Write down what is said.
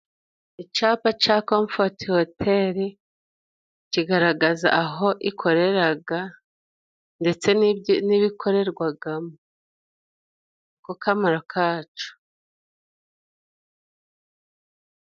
Icyapa cya Komfoti hoteri kigaragaza aho ikorera, ndetse nibikorerwamo, niko kamaro kacyo.